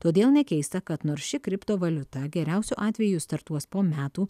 todėl nekeista kad nors ši kriptovaliuta geriausiu atveju startuos po metų